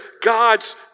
God's